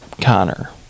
Connor